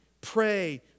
pray